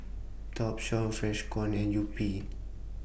Topshop Freshkon and Yupi